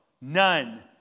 None